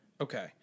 okay